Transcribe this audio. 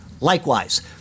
Likewise